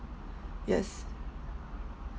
yes